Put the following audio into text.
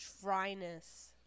dryness